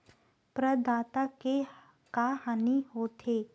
प्रदाता के का हानि हो थे?